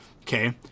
okay